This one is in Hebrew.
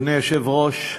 אדוני היושב-ראש,